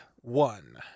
one